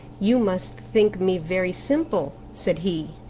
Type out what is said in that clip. you must think me very simple, said he,